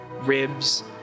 ribs